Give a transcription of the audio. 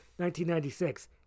1996